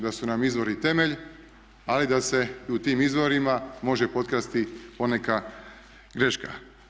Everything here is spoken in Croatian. Da su nam izvori temelj ali da se i u tim izvorima može potkrasti poneka greška.